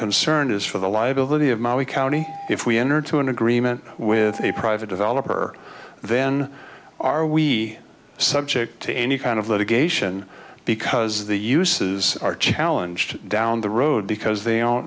concerned is for the liability of my we county if we enter into an agreement with a private developer then are we subject to any kind of litigation because the uses our challenge to down the road because they aren't